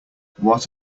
what